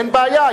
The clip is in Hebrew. אין בעיה,